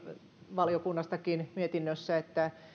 valiokunnastakin mietinnössä että